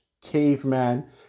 caveman